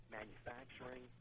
manufacturing